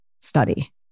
study